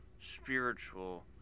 spiritual